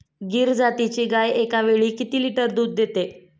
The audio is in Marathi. गीर जातीची गाय एकावेळी किती लिटर दूध देते?